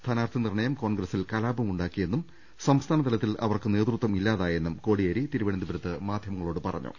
സ്ഥാനാർഥി നിർണയം കോൺഗ്രസിൽ കലാപമുണ്ടാക്കിയെന്നും സംസ്ഥാനതലത്തിൽ അവർക്ക് നേതൃത്വം ഇല്ലാതായെന്നും കോടിയേരി തിരുവനന്തപു രത്ത് മാധ്യമങ്ങളോട് പറഞ്ഞു